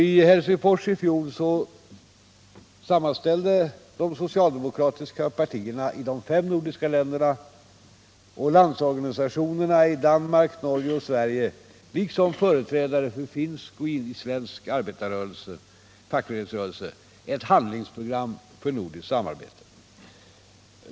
I Helsingfors i fjol sammanställde de socialdemokratiska partierna i de fem nordiska länderna samt landsorganisationerna i Danmark, Norge och Sverige liksom företrädare för finsk och svensk fackföreningsrörelse ett handlingsprogram för nordiskt samarbete.